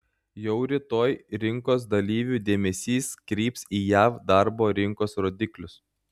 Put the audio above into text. jau rytoj rinkos dalyvių dėmesys kryps į jav darbo rinkos rodiklius